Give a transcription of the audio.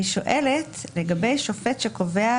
אני שואלת לגבי שופט שקובע